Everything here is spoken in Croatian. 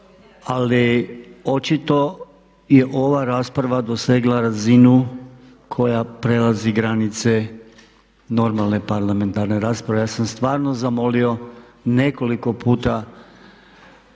Ali očito je ova rasprava dosegla razinu koja prelazi granice normalne parlamentarne rasprave. Ja sam stvarno zamolio nekoliko puta